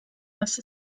was